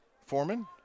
Foreman